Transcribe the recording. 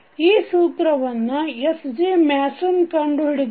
ಈ ಸೂತ್ರವನ್ನು SJ Mason ಕಂಡುಹಿಡಿದನು